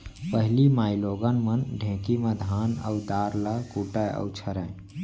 पहिली माइलोगन मन ढेंकी म धान अउ दार ल कूटय अउ छरयँ